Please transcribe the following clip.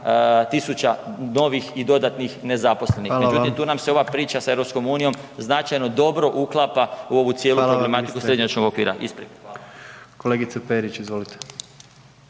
tisuća novih i dodatnih nezaposlenih, međutim tu nam se ova priča sa EU značajno dobro uklapa u ovu cijelu problematiku … okvira. Hvala.